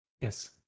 Yes